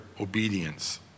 obedience